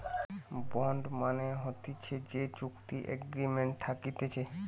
bond মানে হতিছে যে চুক্তি এগ্রিমেন্ট থাকতিছে